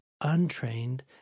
untrained